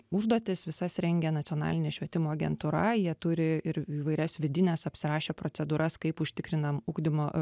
užduotis visas rengia nacionalinė švietimo agentūra jie turi ir įvairias vidines apsirašę procedūras kaip užtikrinam ugdymo